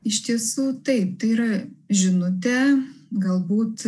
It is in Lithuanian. iš tiesų taip tai yra žinutė galbūt